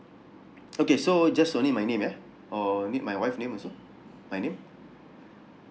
okay so just only my name yeah or need my wife name also my name